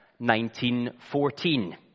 1914